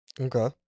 Okay